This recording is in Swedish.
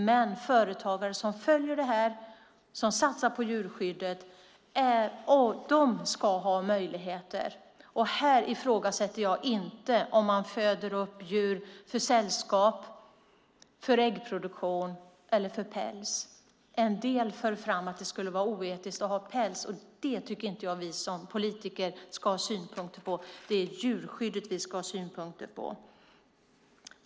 Men företagare som följer detta och som satsar på djurskyddet ska ha möjligheter, och här ifrågasätter jag inte om man föder upp djur för sällskap, för äggproduktion eller för päls. En del för fram att det skulle vara oetiskt att ha päls. Det tycker inte jag att vi som politiker ska ha synpunkter på. Det är djurskyddet vi ska ha synpunkter på.